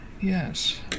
yes